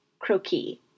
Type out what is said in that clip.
Croquis